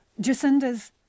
Jacinda's